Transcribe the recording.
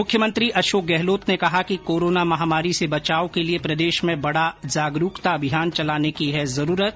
मुख्यमंत्री अशोक गहलोत ने कहा कि कोरोना महामारी से बचाव के लिए प्रदेश में बडा जागरूकता अभियान चलाने की है जरूरत